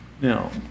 Now